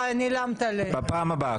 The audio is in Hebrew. בפעם הבאה.